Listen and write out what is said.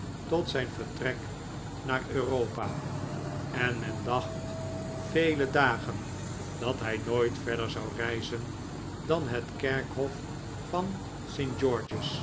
tot zijn vertrek naar europa en men dacht vele dagen dat hij nooit verder zou reizen dan het kerkhof van